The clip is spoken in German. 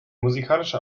musikalische